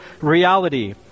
reality